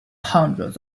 hundreds